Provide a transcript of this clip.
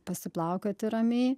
pasiplaukioti ramiai